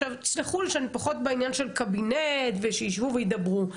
תסלחו לי שאני פחות בעניין של קבינט ושיישבו וידברו.